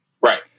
Right